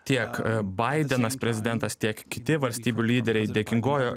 tiek baidenas prezidentas tiek kiti valstybių lyderiai dėkingojo